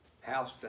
House